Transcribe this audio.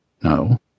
No